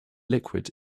liquid